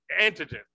antigen